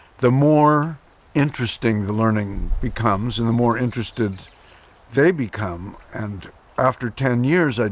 the more interesting the learning becomes and the more interested they become. and after ten years, and